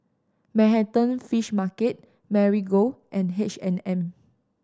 Manhattan Fish Market Marigold and H and M